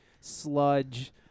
sludge